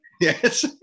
Yes